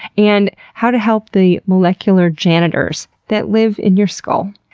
and how to help the molecular janitors that live in your skull.